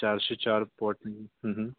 चारशे चार पॉटन